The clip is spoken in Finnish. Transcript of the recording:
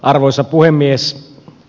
arvoisa puhemies